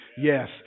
yes